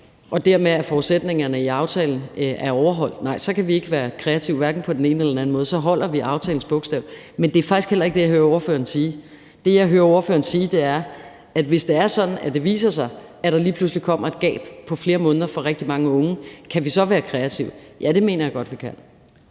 i dag, og forudsætningerne i aftalen dermed er overholdt, nej, så kan vi ikke være kreative hverken på den ene eller den anden måde. Så holder vi aftalens bogstav. Men det er faktisk heller ikke det, jeg hører ordføreren sige. Det, jeg hører ordføreren sige, er, om vi, hvis det er sådan, at det viser sig, at der lige pludselig kommer et gab på flere måneder for rigtig mange unge, så kan være kreative. Ja, det mener jeg godt vi kan.